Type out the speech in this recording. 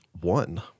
one